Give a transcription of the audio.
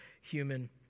human